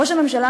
ראש הממשלה,